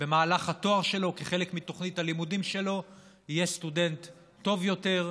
במהלך התואר שלו כחלק מתוכנית הלימודים שלו יהיה סטודנט טוב יותר,